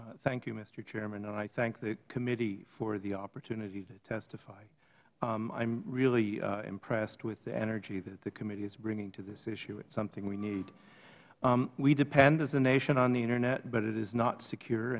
lewis thank you mister chairman i thank the committee for the opportunity to testify i am really impressed with the energy that the committee is bringing to this issue it is something we need we depend as a nation on the internet but it is not secure